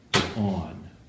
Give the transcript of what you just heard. on